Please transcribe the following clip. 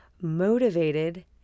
motivated